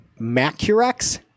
Macurex